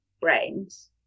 brains